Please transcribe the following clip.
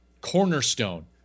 cornerstone